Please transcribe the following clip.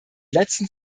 letzten